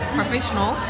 professional